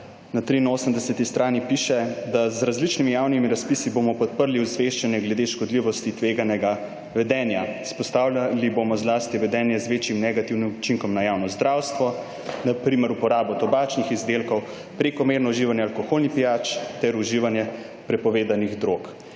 Na 83. strani piše, da z različnimi javnimi razpisi bomo podprli osveščanje glede škodljivosti tveganega vedenja; izpostavljali bomo zlasti vedenje z večjim negativnim učinkom na javno zdravstvo, na primer uporabo tobačnih izdelkov, prekomerno uživanje alkoholnih pijač ter uživanje prepovedanih drog.